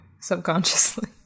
subconsciously